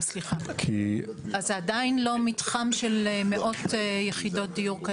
אז זה עדיין לא מתחם של מאות יחידות דיור.